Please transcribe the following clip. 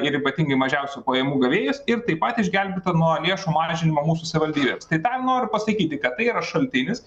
ir ypatingai mažiausių pajamų gavėjus ir taip pat išgelbėta nuo lėšų mažinimo mūsų savivaldybėms tai tą noriu pasakyti kad tai yra šaltinis